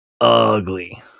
ugly